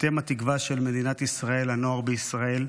אתם התקווה של מדינת ישראל, הנוער בישראל.